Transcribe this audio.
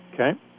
Okay